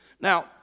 Now